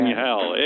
hell